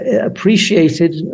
appreciated